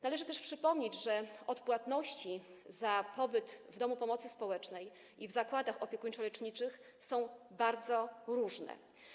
Należy też przypomnieć, że odpłatności za pobyt w domu pomocy społecznej i w zakładach opiekuńczo-leczniczych są bardzo różne.